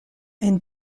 and